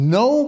no